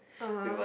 (uh huh)